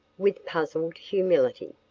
with puzzled humility.